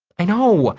i know!